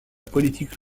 politique